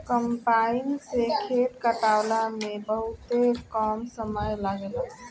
combine से खेत कटावला में बहुते कम समय लागेला